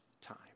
time